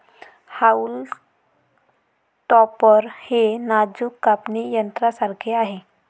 haulm topper हे नाजूक कापणी यंत्रासारखे आहे